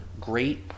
great